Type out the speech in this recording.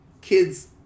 kids